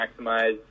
maximize